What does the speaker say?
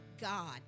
God